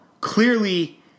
Clearly